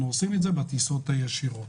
אנחנו עושים את זה בטיסות הישירות.